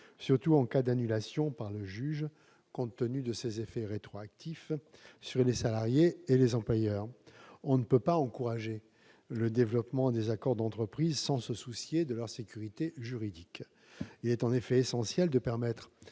surtout en cas d'annulation par le juge, compte tenu des effets rétroactifs de cette décision sur les salariés et les employeurs. On ne peut pas encourager le développement des accords d'entreprise sans se soucier de leur sécurité juridique. Il est en effet essentiel de permettre